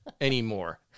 anymore